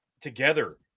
together